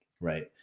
right